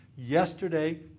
Yesterday